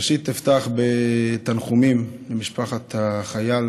ראשית אפתח בתנחומים למשפחת החייל